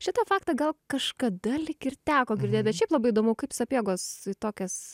šitą faktą gal kažkada lyg ir teko girdėt bet šiaip labai įdomu kaip sapiegos tokias